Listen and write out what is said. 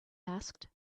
asked